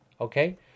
okay